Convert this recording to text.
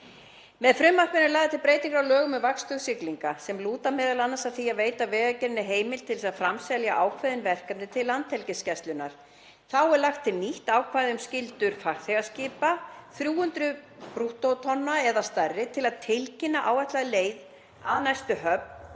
Með frumvarpinu eru lagðar til breytingar á lögum um vaktstöð siglinga sem lúta m.a. að því að veita Vegagerðinni heimild til að framselja ákveðin verkefni til Landhelgisgæslunnar. Þá er lagt til nýtt ákvæði um skyldur farþegaskipa, 300 brúttótonna eða stærri, til að tilkynna áætlaða leið að næstu höfn